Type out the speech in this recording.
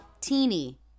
Teeny